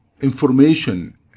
information